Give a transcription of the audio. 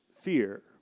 fear